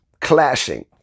clashing